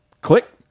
Click